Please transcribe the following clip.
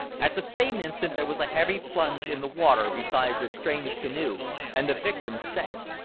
at the same instant there was a heavy plunge in the water beside the strange canoe, and the victim sank.